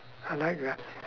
I like that